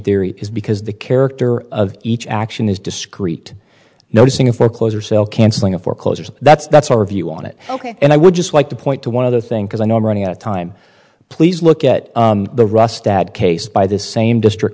theory is because the character of each action is discreet noticing a foreclosure sale canceling a foreclosure so that's that's our view on it ok and i would just like to point to one other thing because i know i'm running out of time please look at the rust that case by this same district